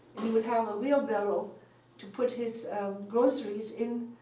he would have a wheelbarrow to put his groceries in,